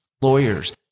lawyers